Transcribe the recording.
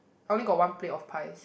I only got one plate of pies